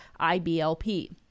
IBLP